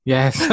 Yes